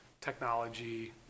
technology